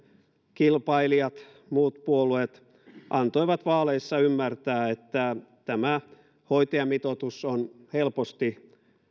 kilpailijamme muut puolueet antoivat vaaleissa ymmärtää että tämä hoitajamitoitus on helposti